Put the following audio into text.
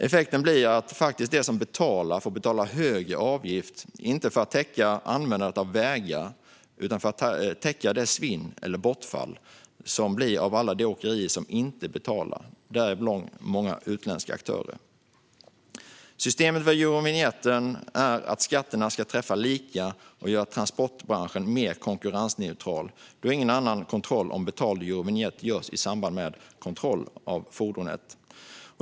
Effekten blir att de som faktiskt betalar får erlägga en högre avgift, inte för att täcka användandet av vägar utan för att täcka det svinn, eller bortfall, som blir av alla de åkerier som inte betalar - däribland många utländska aktörer. Systemet med Eurovinjett innebär att skatterna ska träffa lika och göra transportbranschen mer konkurrensneutral eftersom ingen annan kontroll av betalning av Eurovinjett görs mer än i samband med kontroll av fordonet.